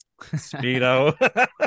Speedo